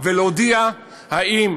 אריה דרעי אז,